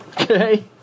okay